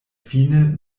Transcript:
fine